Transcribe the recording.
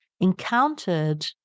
encountered